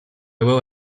will